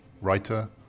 writer